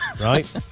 right